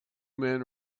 men